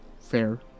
fair